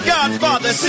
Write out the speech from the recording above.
Godfather